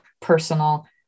personal